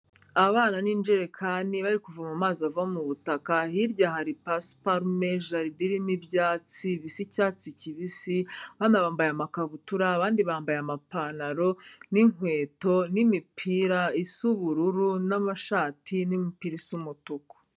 Abana n'injerekani bari kuvoma mazi ava mu butaka, hirya hari pasuparume, jeride irimo ibyatsi bisa icyatsi kibisi; abana bambaye amakabutura, abandi bambaye amapantaro n'inkweto n'imipira isa ubururu n'amashati n'imipira isa umutuku.